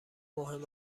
مهم